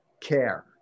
care